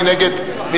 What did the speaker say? מי נגד?